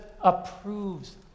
approves